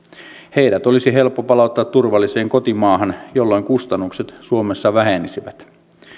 heidät olisi helppo palauttaa turvalliseen kotimaahan jolloin kustannukset suomessa vähenisivät